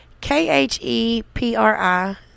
K-H-E-P-R-I